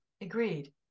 agreed